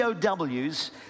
POWs